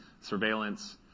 surveillance